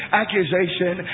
accusation